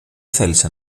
θέλησε